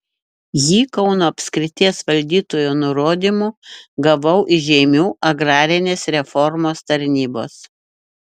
jį kauno apskrities valdytojo nurodymu gavau iš žeimių agrarinės reformos tarnybos